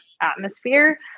atmosphere